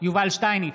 יובל שטייניץ,